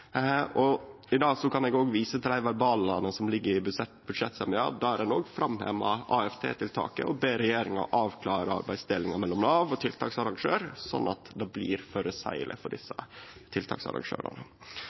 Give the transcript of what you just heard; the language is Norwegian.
no. I dag kan eg òg vise til dei verbalane som ligg i budsjettsemja der ein òg framhevar AFT-tiltaket og ber regjeringa avklare arbeidsdelinga mellom Nav og tiltaksarrangør, sånn at det blir føreseieleg for